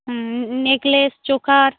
hmm necklace choker